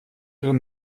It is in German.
ihre